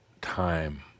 time